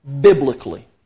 biblically